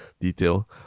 detail